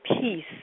peace